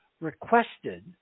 requested